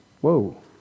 Whoa